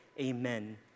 amen